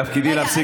תפקידי להפסיק,